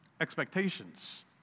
expectations